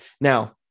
Now